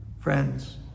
Friends